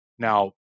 Now